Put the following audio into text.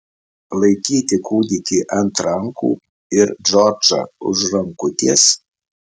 laikyti kūdikį ant rankų ir džordžą už rankutės